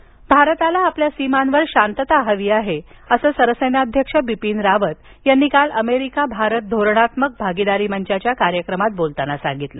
बिपिन रावत भारताला आपल्या सीमांवर शांतता हवी आहे असं सरसेनाध्यक्ष बिपिन रावत यांनी काल अमेरिका भारत धोरणात्मक आणि भागीदारी मंचाच्या कार्यक्रमात बोलताना सांगितलं